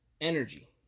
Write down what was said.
energy